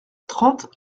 trente